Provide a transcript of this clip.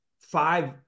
five